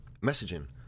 messaging